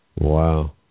Wow